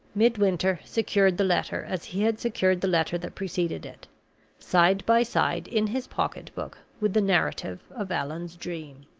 midwinter secured the letter as he had secured the letter that preceded it side by side in his pocket-book with the narrative of allan's dream.